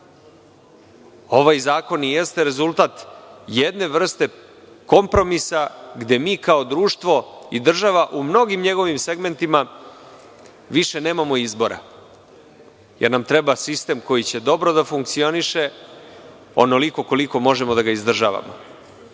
Ovaj zakon i jeste rezultat jedne vrste kompromisa gde mi kao društvo i država u mnogim njegovim segmentima više nemamo izbora, jer nam treba sistem koji će dobro da funkcioniše, onoliko koliko možemo da ga izdržavamo.